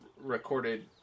recorded